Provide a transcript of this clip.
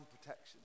protection